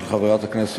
גם לחברי הקואליציה.